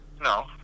no